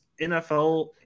NFL